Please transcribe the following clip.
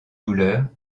douleurs